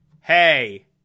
hey